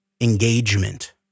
engagement